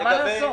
מה לעשות?